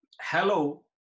Hello